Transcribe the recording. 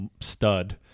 stud